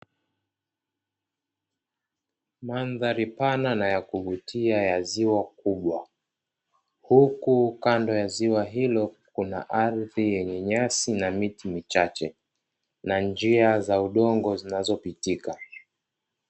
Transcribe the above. Mandhari pana na yakuvutia ya ziwa kubwa, huku kuna kando ya ziwa hilo kuna ardhi yenye nyasi na miti michache na njia za udongo zinazopitika.